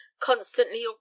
constantly